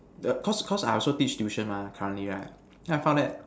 the cause cause I also teacher tuition mah currently right then I found that